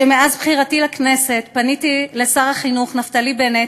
שכשנבחרתי לכנסת פניתי לשר החינוך נפתלי בנט